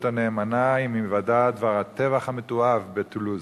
הנאמנה עם היוודע דבר הטבח המתועב בטולוז.